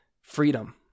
freedom